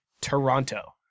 toronto